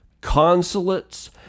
consulates